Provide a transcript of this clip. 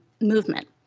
movement